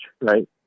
right